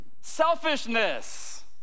Selfishness